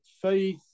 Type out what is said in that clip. faith